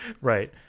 Right